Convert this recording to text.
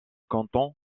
canton